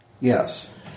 Yes